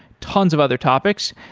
tons of other topics.